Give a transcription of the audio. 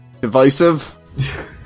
divisive